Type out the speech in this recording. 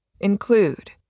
include